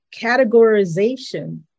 categorization